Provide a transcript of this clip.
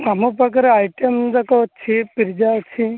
ଆମ ପାଖରେ ଆଇଟମ୍ ଯାକ ଅଛି ପିଜ୍ଜା ଅଛି